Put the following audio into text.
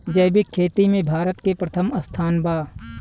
जैविक खेती में भारत के प्रथम स्थान बा